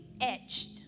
etched